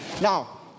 Now